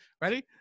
ready